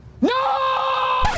No